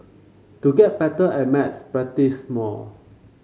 to get better at maths practise more